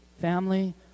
Family